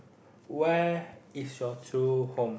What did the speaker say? where is your true home